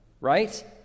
Right